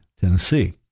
Tennessee